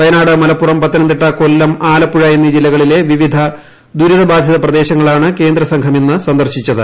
വയനാട് മലപ്പുറം പത്തനംതിട്ട കൊല്ലം ആലപ്പുഴ എന്നീ ജില്ലകളിലെ വിവിധ ദുരിതബാധിത പ്രദേശങ്ങളാണ് കേന്ദ്ര സംഘം ഇന്ന് സന്ദർശിച്ചത്